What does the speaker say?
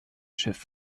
schiff